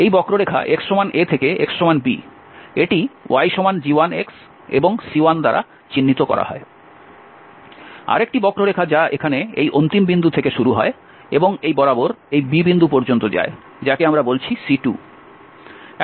এই বক্ররেখা x a থেকে x b এটি yg1 এবং C1 দ্বারা চিহ্নিত করা হয় আরেকটি বক্ররেখা যা এখানে এই অন্তিম বিন্দু থেকে শুরু হয় এবং এই বরাবর এই b বিন্দু পর্যন্ত যায় যাকে আমরা বলছি C2